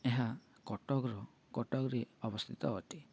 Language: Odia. ଏହା କଟକର କଟକରେ ଅବସ୍ଥିତ ଅଟେ